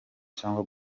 cyangwa